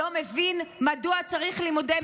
לא מבין מדוע צריך לימודי מגדר?